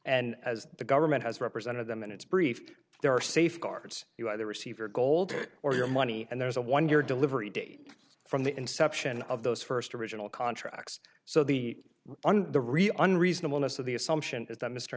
and as the government has represented them in its brief there are safeguards you either receive your gold or your money and there is a one year delivery date from the inception of those first original contracts so the on the re on reasonableness of the assumption is that mr